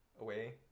away